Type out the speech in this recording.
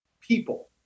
people